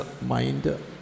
mind